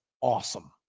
awesome